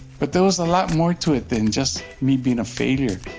but there was a lot more to it than just me being a failure.